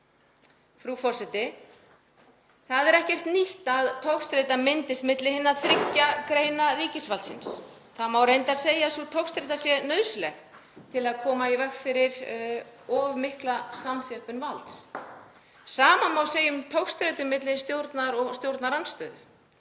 Frú forseti. Það er ekkert nýtt að togstreita myndist milli hinna þriggja greina ríkisvaldsins. Það má reyndar segja að sú togstreita sé nauðsynleg til að koma í veg fyrir of mikla samþjöppun valds. Sama má segja um togstreitu milli stjórnar og stjórnarandstöðu.